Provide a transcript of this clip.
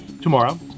tomorrow